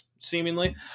seemingly